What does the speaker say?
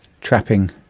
trapping